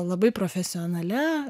labai profesionalia